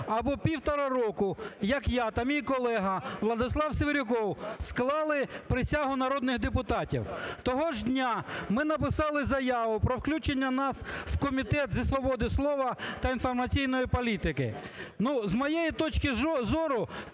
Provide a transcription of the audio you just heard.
або півтора року, як я та мій колега Владислав Севрюков склали присягу народних депутатів. Того ж дня ми написали заяву про включення нас в Комітет зі свободи слова та інформаційної політики. Ну, з моєї точки зору,